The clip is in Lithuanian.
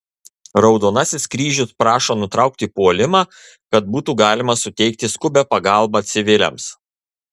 raudonasis kryžius prašo nutraukti puolimą kad būtų galima suteikti skubią pagalbą civiliams